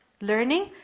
learning